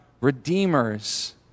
redeemers